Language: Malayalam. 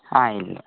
ആ ഇല്ല